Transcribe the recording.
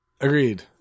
Agreed